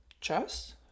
chess